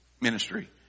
ministry